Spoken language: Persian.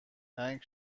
تنگ